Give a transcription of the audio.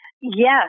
Yes